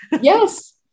Yes